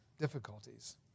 Difficulties